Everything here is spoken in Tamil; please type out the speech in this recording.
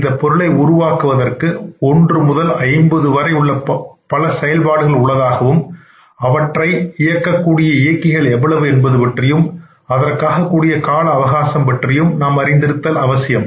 இந்த பொருளை உருவாகுவதற்கு 1 முதல் 50 வரை உள்ள பல செயல்பாடுகள் உள்ளதாகவும் அவற்றை இயக்கக்கூடிய இயக்கிகள் எவ்வளவு என்பது பற்றியும் அதற்காக கூடிய கால அவகாசம் பற்றியும் நாம் அறிந்திருக்க வேண்டும்